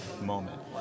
moment